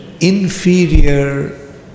inferior